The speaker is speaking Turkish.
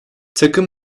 takım